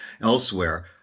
elsewhere